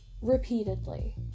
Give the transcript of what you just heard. repeatedly